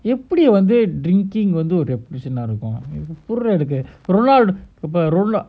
எப்படிவந்து:epdi vandhu drinking வந்துஒரு:vandhu oru reputation ah இருக்கும்ஒருவேலஒருவேலவந்து:irukkum oru vela oru vela vandhu